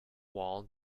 wall